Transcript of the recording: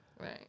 Right